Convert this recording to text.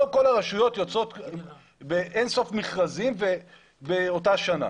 לא כל הרשויות יוצאות באין סוף מכרזים באותה שנה.